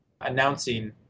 announcing